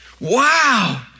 wow